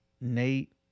nate